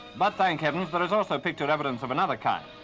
but thank heavens, there is also picture evidence of another kind.